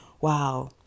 wow